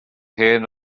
hen